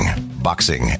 boxing